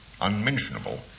unmentionable